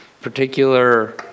particular